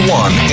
one